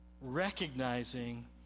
recognizing